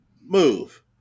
move